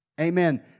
Amen